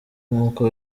nkuko